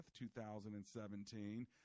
2017